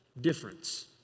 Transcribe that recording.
difference